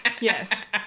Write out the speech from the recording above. yes